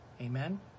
Amen